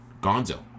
Gonzo